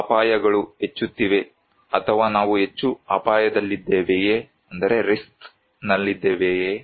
ಅಪಾಯಗಳು ಹೆಚ್ಚುತ್ತಿವೆ ಅಥವಾ ನಾವು ಹೆಚ್ಚು ಅಪಾಯದಲ್ಲಿದ್ದೇವೆಯೇ